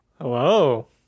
Hello